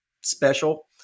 special